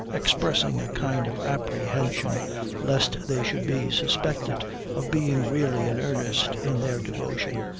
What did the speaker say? expressing a kind of apprehension lest they should be suspected of being really in earnest in their devotion,